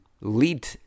lead